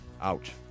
Ouch